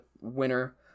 winner